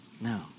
No